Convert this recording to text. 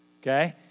okay